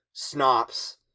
snops